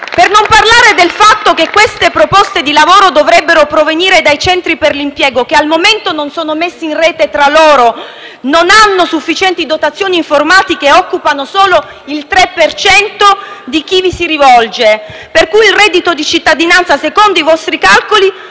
Per non parlare del fatto che queste proposte di lavoro dovrebbero provenire dai centri per l'impiego, che al momento non sono messi in rete tra loro, non hanno sufficienti dotazioni informatiche e occupano solo il 3 per cento di chi vi si rivolge. Il reddito di cittadinanza, dunque, secondo i vostri calcoli,